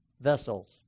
vessels